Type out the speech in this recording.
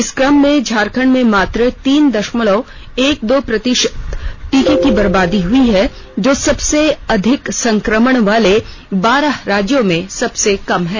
इसी क्रम में झारखंड में मात्र तीन दषमलव एक दो प्रतिषत टीके की बर्बादी हुई है जो कि सबसे अधिक संक्रमण वाले बारह राज्यों में सबसे कम है